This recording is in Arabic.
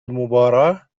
المباراة